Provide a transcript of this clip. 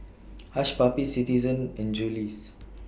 Hush Puppies Citizen and Julie's